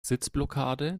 sitzblockade